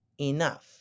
enough